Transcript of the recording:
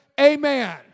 Amen